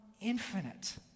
infinite